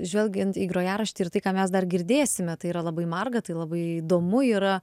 žvelgiant į grojaraštį ir tai ką mes dar girdėsime tai yra labai marga tai labai įdomu yra